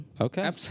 Okay